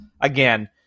Again